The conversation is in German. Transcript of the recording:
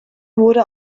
wurde